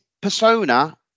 persona